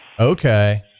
Okay